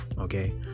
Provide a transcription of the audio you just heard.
Okay